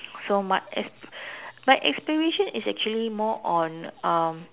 so my asp~ my aspiration is actually more on um